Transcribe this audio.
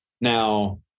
Now